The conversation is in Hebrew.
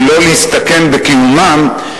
ולא להסתכן בקיומם,